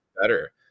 better